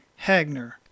Hagner